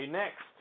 next